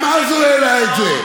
גם אז הוא העלה את זה.